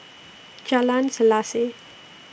Jalan Selaseh